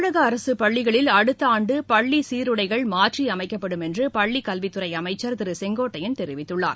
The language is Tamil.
தமிழக அரசு பள்ளிகளில் அடுத்த ஆண்டு பள்ளி சீருடைகள் மாற்றி அமைக்கப்படும் என்று பள்ளிக் கல்வித்துறை அமைச்சர் திரு செங்கோட்டையன் தெரிவித்துள்ளார்